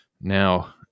now